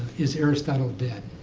is aristotle dead?